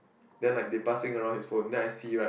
then like they passing around his phone then I see right